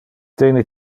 tene